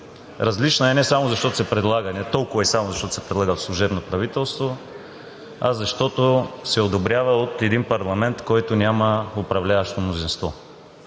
Различна е не само защото се предлага не толкова и само от служебно правителство, а защото се одобрява от един парламент, който няма управляващо мнозинство.